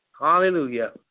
Hallelujah